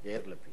יאיר לפיד.